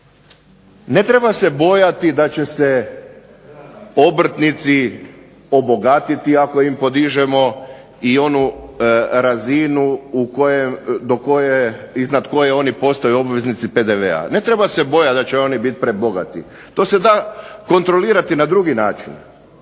ne treba se bojati da će se obrtnici obogatiti ako im podižemo i onu razinu do koje, iznad koje oni postaju obveznici PDV-a. Ne treba se bojati da će oni biti prebogati. To se da kontrolirati na drugi način.